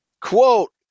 quote